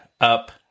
up